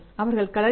அவர்கள் colour T